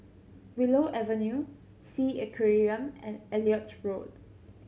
Willow Avenue Sea Aquarium and Elliot Road